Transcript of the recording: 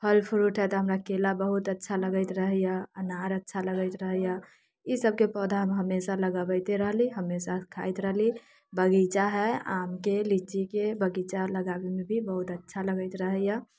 फल फ़्रूट हय तऽ हमरा केला बहुत अच्छा लगैत रहैया अनार अच्छा लगैत रहैया ई सबके पौधा हम हमेशा लगबैत रहली हमेशा खाइत रहली बगीचा हय आमके लीचीके बगीचा लगाबेमे भी बहुत अच्छा लगैत रहैया